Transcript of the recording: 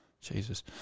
Jesus